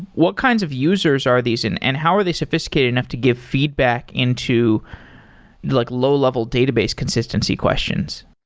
what kinds of users are these and and how are they sophisticated enough to give feedback into like low-level database consistency questions?